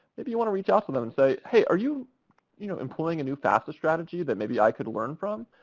maybe you want to reach out to them and say, hey, are you you know employing a new fafsa strategy that maybe i could learn from?